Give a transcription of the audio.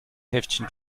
heftchen